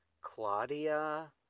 Claudia